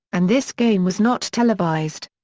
and this game was not televised.